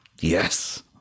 Yes